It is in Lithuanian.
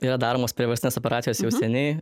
yra daromas priverstinės operacijos jau seniai